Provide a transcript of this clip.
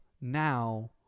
now